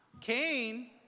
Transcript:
Cain